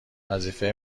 وظیفه